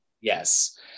Yes